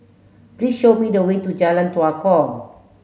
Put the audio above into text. please show me the way to Jalan Tua Kong